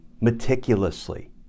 meticulously